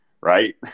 Right